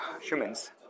humans